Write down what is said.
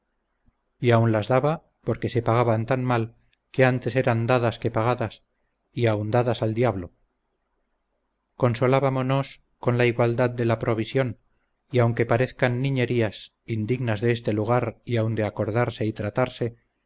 y aun las daba porque se pagaban tan mal que antes eran dadas que pagadas y aun dadas al diablo consolábamonos con la igualdad de la provisión y aunque parezcan niñerías indignas de este lugar y aun de acordarse y tratarse